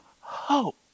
hope